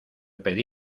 pedí